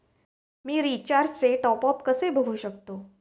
मी रिचार्जचे टॉपअप कसे बघू शकतो?